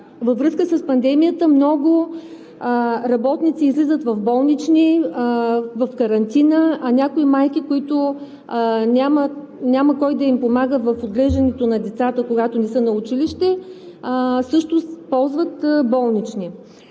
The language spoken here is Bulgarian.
във връзка с пандемията много работници излизат в болнични, в карантина, а някои майки, които няма кой да им помага в отглеждането на децата, когато не са на училище, също ползват болнични.